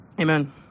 Amen